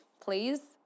please